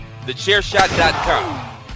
Thechairshot.com